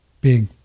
big